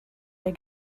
der